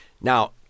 Now